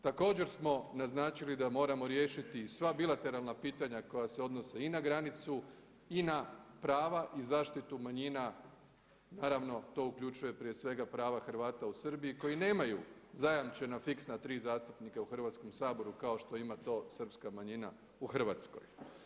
Također smo naznačili da moramo riješiti sva bilateralna pitanja koja se odnose i na granicu i na prava i zaštitu manjina, naravno tu uključuje prije svega prava Hrvata u Srbiji koji nemaju zajamčena fiksna tri zastupnika u Hrvatskom saboru kao što ima to Srpska manjina u Hrvatskoj.